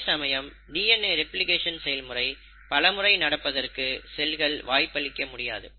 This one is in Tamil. அதேசமயம் டிஎன்ஏ ரெப்ளிகேஷன் செயல்முறை பலமுறை நடப்பதற்கு செல்கள் வாய்ப்பளிக்க முடியாது